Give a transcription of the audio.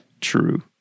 true